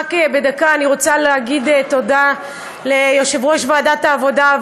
רק בדקה אני רוצה להגיד תודה ליושב-ראש ועדת העבודה,